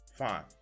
fine